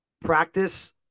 Practice